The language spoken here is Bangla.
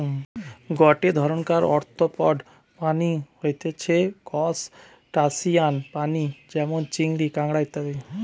গটে ধরণকার আর্থ্রোপড প্রাণী হতিছে ত্রুসটাসিয়ান প্রাণী যেমন চিংড়ি, কাঁকড়া ইত্যাদি